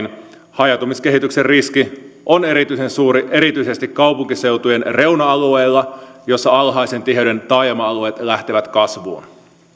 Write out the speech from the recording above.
hajautumiskehityksen riski on erityisen suuri erityisesti kaupunkiseutujen reuna alueilla joilla alhaisen tiheyden taajama alueet lähtevät kasvuun